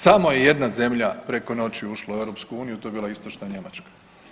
Samo je jedna zemlja preko noći ušla u EU, to je bila Istočna Njemačka.